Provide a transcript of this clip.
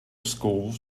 schools